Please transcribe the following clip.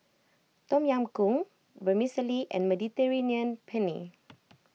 Tom Yam Goong Vermicelli and Mediterranean Penne